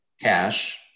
cash